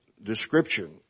Description